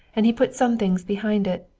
and he puts some things behind it.